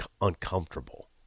uncomfortable